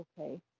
Okay